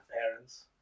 parents